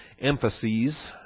emphases